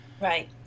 Right